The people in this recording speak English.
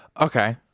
Okay